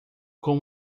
com